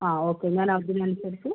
അതെ ഓക്കെ ഞാൻ അതിനനുസരിച്ച്